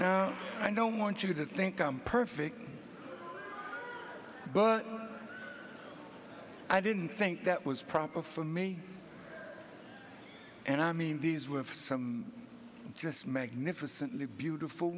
now i don't want you to think i'm perfect but i didn't think that was proper for me and i mean these were some just magnificently beautiful